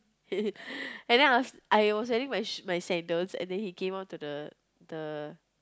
and then I I was wearing my sandals and then he came up to the the